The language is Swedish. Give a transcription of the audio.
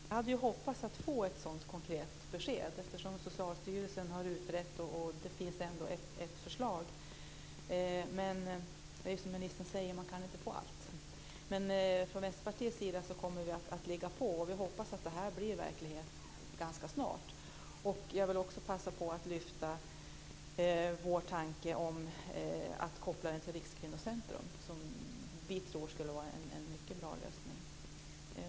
Herr talman! Jag hade ju hoppats att få ett sådant konkret besked. Socialstyrelsen har ju utrett frågan, och det finns ändå ett förslag. Men, som ministern säger, man kan inte få allt. Från Vänsterpartiets sida kommer vi att ligga på, och vi hoppas att det här blir verklighet ganska snart. Jag vill också passa på att föra fram vår tanke om att koppla den till Rikskvinnocentrum, vilket vi tror skulle vara en mycket bra lösning.